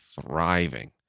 thriving